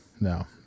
No